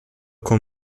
con